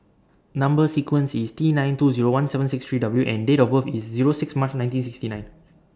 Number sequence IS T nine two Zero one seven six three W and Date of birth IS Zero six March nineteen sixty nine